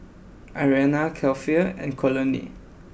Ariana Keifer and Conley